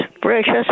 precious